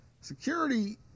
security